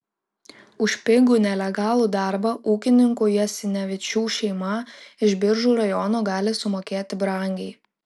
už pigų nelegalų darbą ūkininkų jasinevičių šeima iš biržų rajono gali sumokėti brangiai